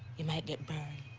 you might get burned.